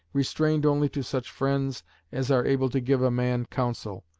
restrained only to such friends as are able to give a man counsel.